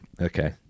okay